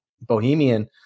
Bohemian